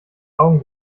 augen